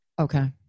Okay